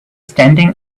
standing